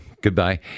Goodbye